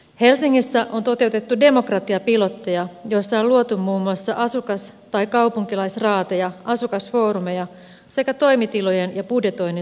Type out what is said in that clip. helsingissä on toteutettu demokratiapilotteja joissa on luotu muun muassa asukas tai kaupunkilaisraateja asukasfoorumeja sekä toimitilojen ja budjetoinnin suunnittelumalleja